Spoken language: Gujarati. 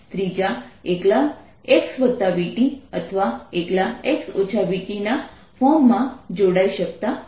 ત્રીજા એકલા xvt અથવા એકલા x vt ના ફોર્મ માં જોડાઈ શકતા નથી